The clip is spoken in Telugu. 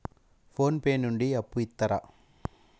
ఫోన్ పే నుండి అప్పు ఇత్తరా?